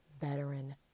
veteran